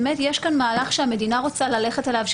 באמת יש כאן מהלך שהמדינה רוצה ללכת אליו,